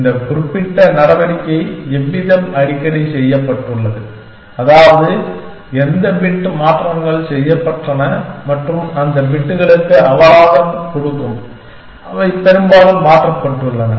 இந்த குறிப்பிட்ட நடவடிக்கை எவ்விதம் அடிக்கடி செய்யப்பட்டுள்ளது அதாவது எந்த பிட் மாற்றங்கள் செய்யப்பட்டன மற்றும் அந்த பிட்களுக்கு அபராதம் கொடுக்கும் அவை பெரும்பாலும் மாற்றப்பட்டுள்ளன